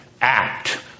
act